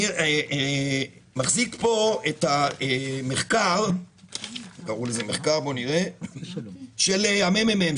אני מחזיק פה את המחקר של הממ"מ,